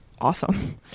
awesome